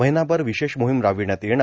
महिनाभर विशेष मोहिम राबविण्यात येणार